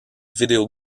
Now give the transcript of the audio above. video